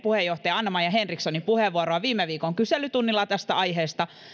puheenjohtaja anna maja henrikssonin puheenvuoroa viime viikon kyselytunnilla tästä aiheesta